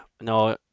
no